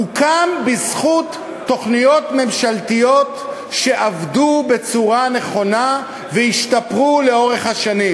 הוקם בזכות תוכניות ממשלתיות שעבדו בצורה נכונה והשתפרו לאורך השנים: